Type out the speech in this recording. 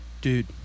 dude